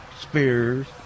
spears